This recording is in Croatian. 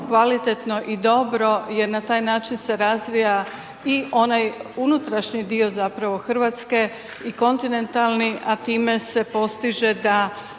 kvalitetno i dobro jer na taj način se razvija i ovaj unutrašnji dio zapravo Hrvatske i kontinentalni, a time se postiže da